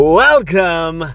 welcome